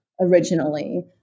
originally